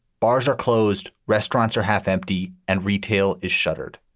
bars are closed, restaurants are half empty and retail is shuttered.